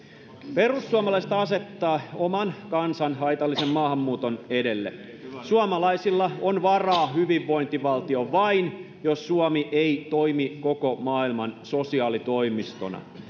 perussuomalaiset asettaa oman kansan haitallisen maahanmuuton edelle suomalaisilla on varaa hyvinvointivaltioon vain jos suomi ei toimi koko maailman sosiaalitoimistona